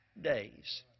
days